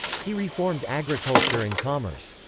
he reformed agriculture and commerce.